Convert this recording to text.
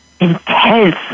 intense